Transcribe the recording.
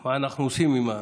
מה אנחנו עושים עם הדיון.